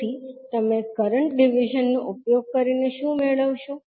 તેથી તમે current division નો ઉપયોગ કરીને શું મેળવશો